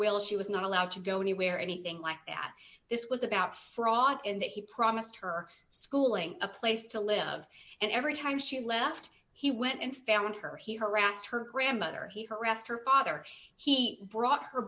will she was not allowed to go anywhere or anything like that this was about fraud and that he promised her schooling a place to live of and every time she left he went and found her he harassed her grandmother he harassed her father he brought her